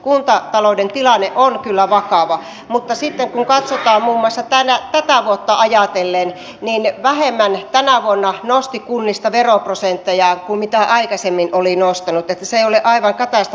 kuntatalouden tilanne on kyllä vakava mutta sitten kun katsotaan muun muassa tätä vuotta ajatellen niin vähemmän kuntia nosti tänä vuonna veroprosenttejaan kuin mitä aikaisemmin oli nostanut niin että se tilanne ei ole aivan katastrofaalinen